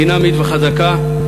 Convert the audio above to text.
דינמית וחזקה,